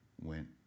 went